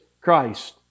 Christ